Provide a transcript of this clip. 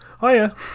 Hiya